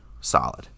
Solid